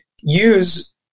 use